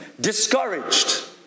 Discouraged